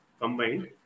combined